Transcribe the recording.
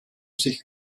sich